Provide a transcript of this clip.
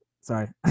sorry